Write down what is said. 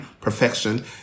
perfection